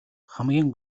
хамгийн